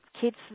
kids